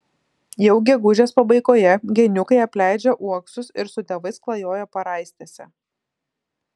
jau gegužės pabaigoje geniukai apleidžia uoksus ir su tėvais klajoja paraistėse